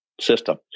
system